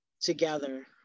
together